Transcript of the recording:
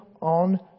on